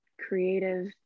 creative